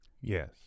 Yes